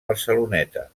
barceloneta